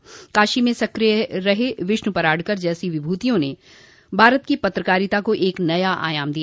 वहीं काशी में सकिय रहे विष्णु पराड़कर जैसी विभूतियों ने भारत की पत्रकारिता को एक नया आयाम दिया